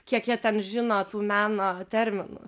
kiek jie ten žino tų meno terminų